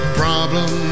problem